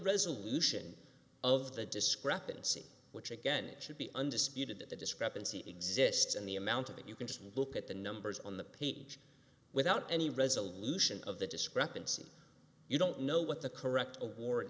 resolution of the discrepancy which again it should be undisputed that the discrepancy exists in the amount of that you can just look at the numbers on the page without any resolution of the discrepancy you don't know what the correct award